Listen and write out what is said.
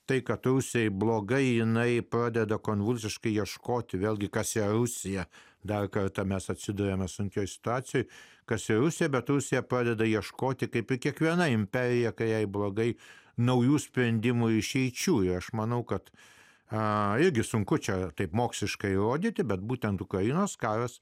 tai kad ausiai blogai jinai pradeda konvulsiškai ieškoti vėlgi kasiausi dar kartą mes atsiduriame sunkioje situacijoje kasiausi batus jie padeda ieškoti kaip kiekviena imperija kai jai blogai naujų sprendimų išeičių ir aš manau kad ai gi sunku čia taip moksliškai įrodyti bet būtent ukrainos karas